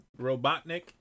Robotnik